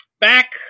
back